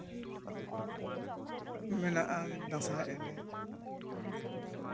ᱢᱮᱱᱟᱜᱼᱟ ᱫᱟᱸᱥᱟᱭ ᱮᱱᱮᱡ